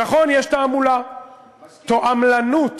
נכון, יש תעמולה, תועמלנות.